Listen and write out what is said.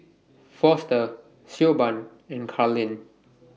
Foster Siobhan and Karlene